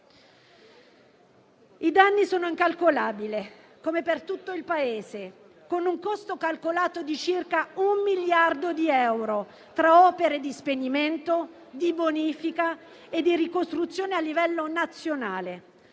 I danni sono ingenti, come per tutto il Paese, con un costo calcolato di circa 1 miliardo di euro, tra opere di spegnimento, di bonifica e di ricostruzione a livello nazionale.